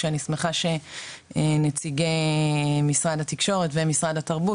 שאני שמחה שנציגי משרד התקשורת ומשרד התרבות